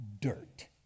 dirt